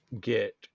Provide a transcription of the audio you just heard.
get